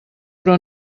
però